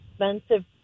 expensive